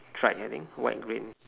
stripes I think white green